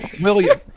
William